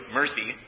mercy